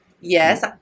Yes